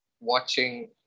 watching